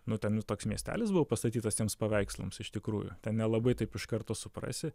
nu ten ir toks miestelis buvo pastatytas tiems paveikslams iš tikrųjų nelabai taip iš karto suprasi